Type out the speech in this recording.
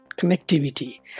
connectivity